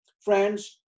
Friends